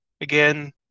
again